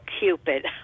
Cupid